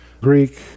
Greek